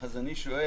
אז אם המטרה